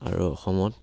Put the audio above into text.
আৰু অসমত